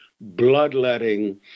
bloodletting